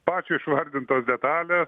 pačio išvardintos detalės